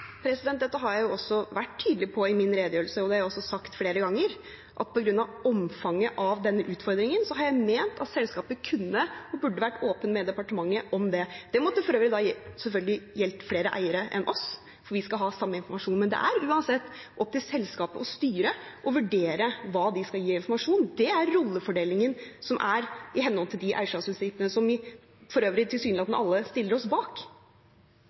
Dette har jeg også vært tydelig på i min redegjørelse, og det har jeg også sagt flere ganger, at på grunn av omfanget av denne utfordringen har jeg ment at selskapet kunne og burde vært åpen med departementet om det. Det måtte for øvrig selvfølgelig ha gjeldt flere eiere enn oss, for vi skal ha samme informasjon. Men det er uansett opp til selskapet og styret å vurdere hva de skal gi av informasjon. Det er rollefordelingen som er i henhold til de eierskapsprinsippene, som vi for øvrig tilsynelatende alle stiller oss bak.